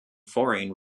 foreign